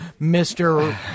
Mr